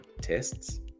tests